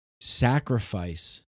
sacrifice